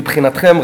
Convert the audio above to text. מבחינתכם,